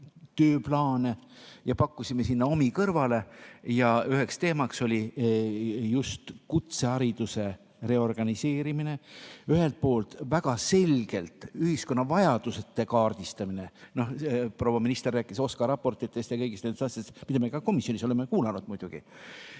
ja pakkusime sinna omi kõrvale. Üheks teemaks oli just kutsehariduse reorganiseerimine. Ühelt poolt on vaja väga selget ühiskonna vajaduste kaardistamist – proua minister rääkis OSKA raportitest ja kõigist nendest asjadest, mida me ka komisjonis oleme muidugi